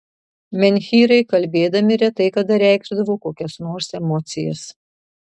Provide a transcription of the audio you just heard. menhyrai kalbėdami retai kada reikšdavo kokias nors emocijas